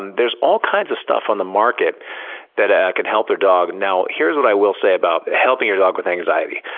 and there's all kinds of stuff on the market that ah could help their dog. now here's what i will say about helping your dog with anxiety,